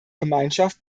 gemeinschaft